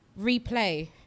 replay